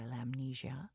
amnesia